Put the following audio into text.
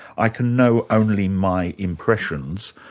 i can know only my impressions,